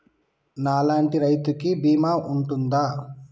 నా లాంటి రైతు కి బీమా ఉంటుందా?